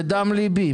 זה מדם ליבי,